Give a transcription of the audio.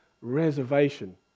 reservation